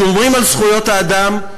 שומרים על זכויות האדם,